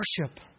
Worship